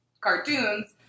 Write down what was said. cartoons